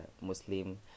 Muslim